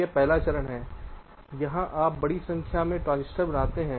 यह पहला चरण है जहां आप बड़ी संख्या में ट्रांजिस्टर बनाते हैं